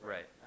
Right